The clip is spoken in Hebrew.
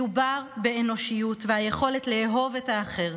מדובר באנושיות וביכולת לאהוב את האחר,